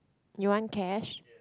you want cash